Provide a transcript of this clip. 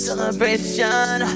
Celebration